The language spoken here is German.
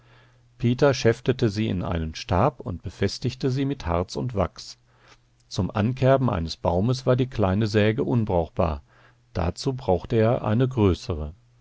peter schäftete sie in einen stab und befestigte sie mit harz und wachs zum ankerben eines baumes war die kleine säge unbrauchbar dazu brauchte er eine größere